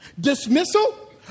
dismissal